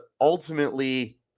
ultimately